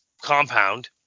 compound